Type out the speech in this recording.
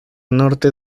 norte